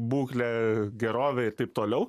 būklę gerovę ir taip toliau